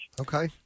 Okay